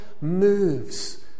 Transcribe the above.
moves